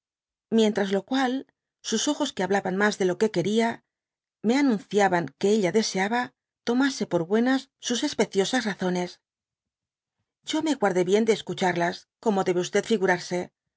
mientras lo cual sus ojos que hablaban mas de lo que queria y me animciaban que ella deseaba tomase por buenas sus especiosas razones yo me guardé bien de escucharlas f como debe